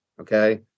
Okay